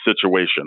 situation